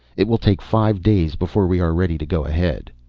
it will take five days before we are ready to go ahead.